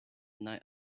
night